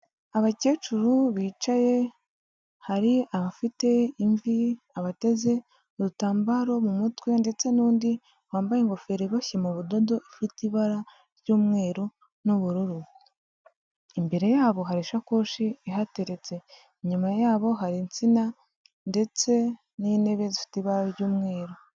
Abakecuru bicaye hari abafite imvi abateze udutambaro mu mutwe ndetse n'undi wambaye ingofero iboshye mu budodo ifite ibara ry'umweru n'ubururu imbere yabo hari ishakoshi ihateretse inyuma yabo hari insina ndetse n'intebe zifite ibara ry'umweru.